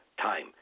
time